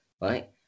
right